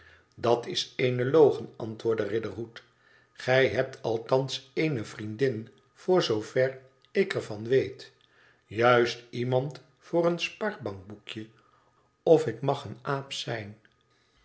dat is eene logen antwoordde riderhood gij hebt althans ééne vriendin voor zoover ik er van weet juist iemand voor een spaarbankboekje of ik mag een aap zijn